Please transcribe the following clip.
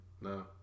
No